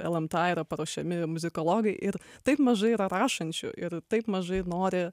lmta yra paruošiami muzikologai ir taip mažai yra rašančių ir taip mažai nori